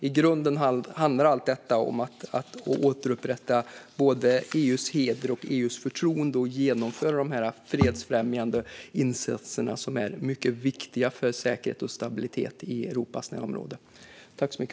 I grunden handlar allt detta om att återupprätta både EU:s heder och EU:s förtroende att genomföra dessa fredsfrämjande insatser, som är mycket viktiga för säkerhet och stabilitet i Europas närområde.